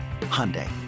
Hyundai